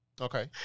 Okay